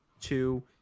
two